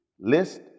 List